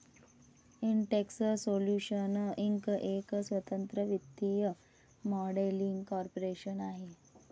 Intex solutions Inc एक स्वतंत्र वित्तीय मॉडेलिंग कॉर्पोरेशन आहे